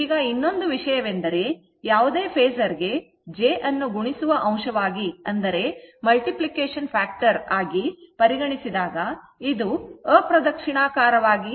ಈಗ ಇನ್ನೊಂದು ವಿಷಯವೆಂದರೆ ಯಾವುದೇ ಫೇಸರ್ ಗೆ j ಅನ್ನು ಗುಣಿಸುವ ಅಂಶವಾಗಿ ಅನ್ವಯಿಸಿದಾಗ ಇದು ಅಪ್ರದಕ್ಷಿಣಾಕಾರವಾಗಿ ತಿರುಗುವಿಕೆಯನ್ನು ಉತ್ಪಾದಿಸುತ್ತದೆ